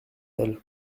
elle